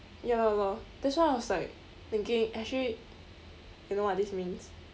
ya lor that's why I was like thinking actually you know what this means